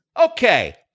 Okay